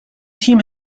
تیم